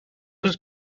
els